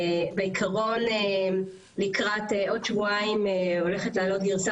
בעיקרון לקראת עוד שבועיים הולכת להעלות גרסה